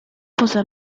poza